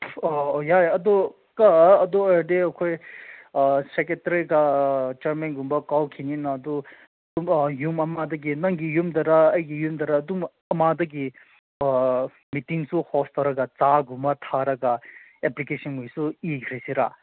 ꯑꯣ ꯑꯣ ꯌꯥꯏ ꯑꯗꯨ ꯀ ꯑꯗꯨ ꯑꯣꯏꯔꯗꯤ ꯑꯩꯈꯣꯏ ꯁꯦꯀꯦꯇ꯭ꯔꯤꯒ ꯆꯤꯌꯥꯔꯃꯦꯟꯒꯨꯝꯕ ꯀꯧꯈꯤꯅꯤꯅ ꯑꯗꯨ ꯌꯨꯝ ꯌꯨꯝ ꯑꯃꯗꯒꯤ ꯅꯪꯒꯤ ꯌꯨꯝꯗꯔ ꯑꯩꯒꯤ ꯌꯨꯝꯗꯔ ꯑꯗꯨꯝ ꯑꯃꯗꯒꯤ ꯃꯤꯇꯤꯡꯁꯨ ꯍꯣꯁ ꯇꯧꯔꯒ ꯆꯥꯒꯨꯝꯕ ꯊꯛꯂꯒ ꯑꯦꯄ꯭ꯂꯤꯀꯦꯁꯟꯒꯤꯁꯨ ꯏꯈ꯭ꯔꯁꯤꯔ